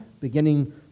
beginning